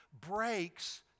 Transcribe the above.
breaks